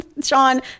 sean